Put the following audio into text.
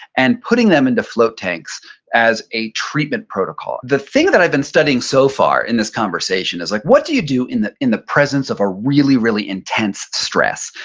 and putting them into float tanks as a treatment protocol. the thing that i've been studying so far in this conversation is like, what do you do in the in the presence of a really, really intense stress?